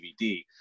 DVD